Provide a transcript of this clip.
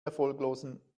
erfolglosen